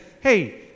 hey